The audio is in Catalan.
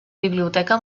biblioteca